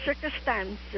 circumstances